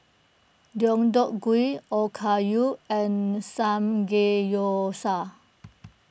Deodeok Gui Okayu and Samgeyousal